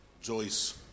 Joyce